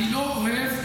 אני לא אוהב,